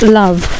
love